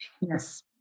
Yes